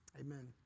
Amen